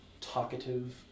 talkative